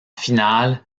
finale